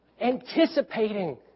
anticipating